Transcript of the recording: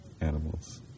animals